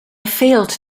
failed